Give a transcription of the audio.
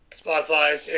Spotify